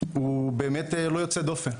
הוא באמת לא יוצא דופן,